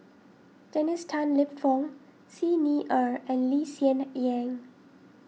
Dennis Tan Lip Fong Xi Ni Er and Lee Hsien Yang